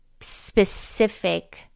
specific